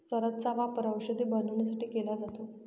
चरस चा वापर औषध बनवण्यासाठी केला जातो